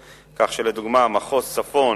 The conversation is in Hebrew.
כך, לדוגמה, מחוז צפון,